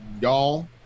y'all